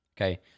Okay